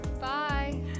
bye